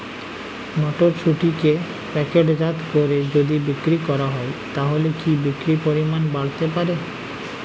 মটরশুটিকে প্যাকেটজাত করে যদি বিক্রি করা হয় তাহলে কি বিক্রি পরিমাণ বাড়তে পারে?